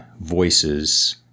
voices